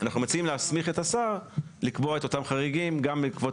אנחנו מציעים להסמיך את השר לקבוע את אותם חריגים גם בעקבות